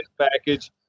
package